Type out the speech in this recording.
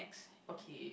okay